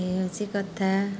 ଇଏ ହେଉଛି କଥା